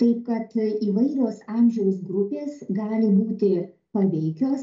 taip kad įvairios amžiaus grupės gali būti paveikios